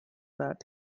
that